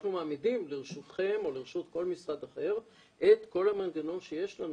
אנחנו מעמידים לרשותכם או לרשות כל משרד אחר את כל המנגנון שיש לנו